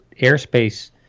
airspace